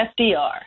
FDR